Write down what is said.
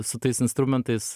su tais instrumentais